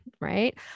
right